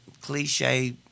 cliche